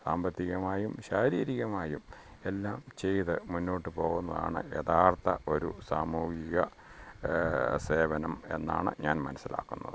സാമ്പത്തികമായും ശാരീരികമായും എല്ലാം ചെയ്ത് മുന്നോട്ട് പോകുന്നതാണ് യഥാർത്ഥ ഒരു സാമൂഹിക സേവനം എന്നാണ് ഞാൻ മനസ്സിലാക്കുന്നത്